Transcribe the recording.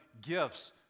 gifts